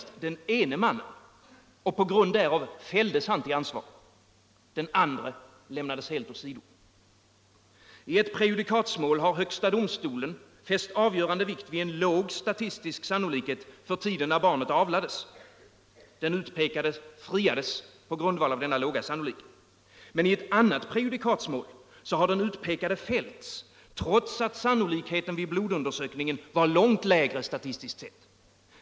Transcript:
T e prejudikatsmål har högsta domstolen fäst avgörande vikt vid en låg statistisk sannolikhet för tiden när barnet avlades och på grund därav friat den utpekade. Vid ett annat prejudikatsmål har den utpekade fällts trots att sannolikheten vid blodundersökningen var myckat lägre statistiskt sett.